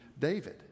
David